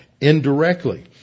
indirectly